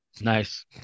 Nice